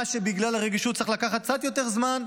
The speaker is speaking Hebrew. מה שבגלל הרגישות צריך לקחת קצת יותר זמן,